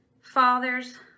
Fathers